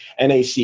NAC